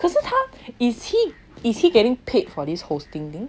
可是他 is he is he getting paid for this hosting